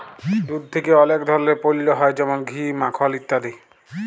দুধ থেক্যে অলেক ধরলের পল্য হ্যয় যেমল ঘি, মাখল ইত্যাদি